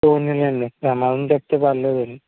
పోనిలేండి ప్రమాదం తప్పితే పర్లేదు అండి